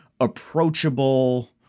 approachable